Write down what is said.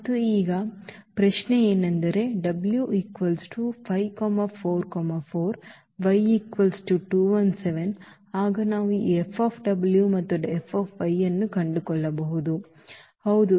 ಮತ್ತು ಈಗ ಪ್ರಶ್ನೆ ಏನೆಂದರೆ w 5 4 4 y 2 1 7 ಆಗ ನಾವು ಈ F F ಅನ್ನು ಕಂಡುಕೊಳ್ಳಬಹುದು ಹೌದು